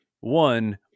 One